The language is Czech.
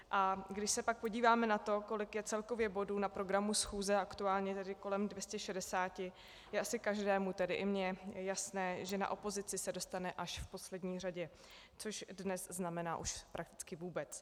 A když se pak podíváme na to, kolik je celkově bodů na programu schůze, aktuálně kolem 260, je asi každému, tedy i mně, jasné, že na opozici se dostane až v poslední řadě, což dnes znamená už prakticky vůbec.